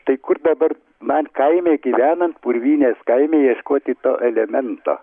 tai kur dabar man kaime gyvenant purvynės kaime ieškoti to elemento